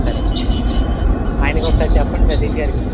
సరే అండి ఆయనకి ఒకసారి చెప్పండి సతీష్గారికి